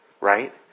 Right